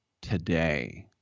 today